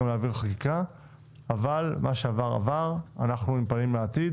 גם להעביר חקיקה אבל מה שעבר עבר ואנחנו עם הפנים לעתיד.